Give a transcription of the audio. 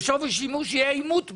בשווי שימוש יהיה עימות בינינו,